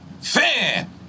Fan